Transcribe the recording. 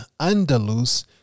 Andalus